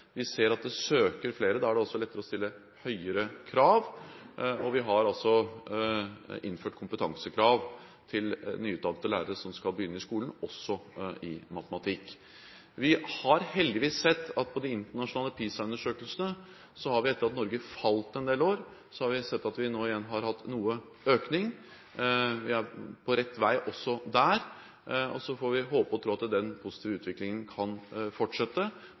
Vi ser at flere søker. Da er det også lettere å stille høyere krav, og vi har innført kompetansekrav – også i matematikk – til nyutdannede lærere som skal begynne i skolen. Vi har heldigvis sett på de internasjonale PISA-undersøkelsene at etter at Norge falt en del år, har vi nå igjen hatt noe økning. Vi er på rett vei også der. Så får vi håpe og tro at den positive utviklingen kan fortsette,